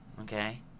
okay